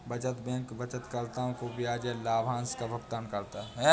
बचत बैंक बचतकर्ताओं को ब्याज या लाभांश का भुगतान करता है